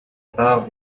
part